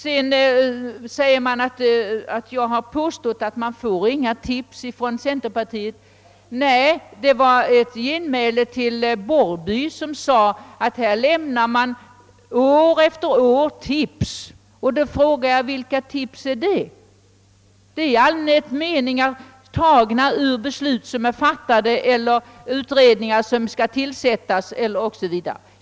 Man påpekar att jag påstått att vi inte fått några miljövårdstips från centerpartiet. Herr Larsson i Borrby sade att han år efter år lämnat tips. Då frågade jag vilka tips han avsåg. Motionerna från centern har i allmänhet utgjorts av meningar, tagna ur redan fattade beslut, eller förslag om utredningar som skulle tillsättas o.s.v.